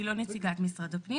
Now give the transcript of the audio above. אני לא נציגת משרד הפנים,